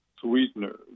sweeteners